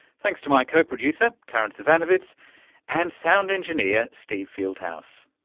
thanks to my co-producer karin zsivanovits and sound engineer steve fieldhouse.